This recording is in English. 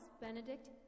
Benedict